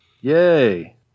Yay